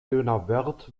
donauwörth